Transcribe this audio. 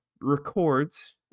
records